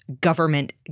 government